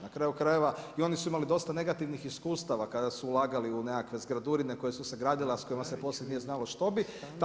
Na kraju, krajeva i oni su imali dosta negativnih iskustava, kada su ulagali u nekakve zgradurine koje su se gradile, a s kojima se poslije nije znalo što bi.